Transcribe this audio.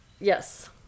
Yes